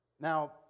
Now